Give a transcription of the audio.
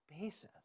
basis